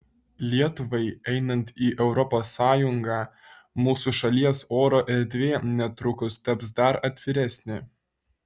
lietuvai einant į europos sąjungą mūsų šalies oro erdvė netrukus taps dar atviresnė